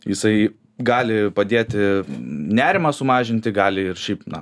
jisai gali padėti nerimą sumažinti gali ir šiaip na